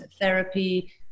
therapy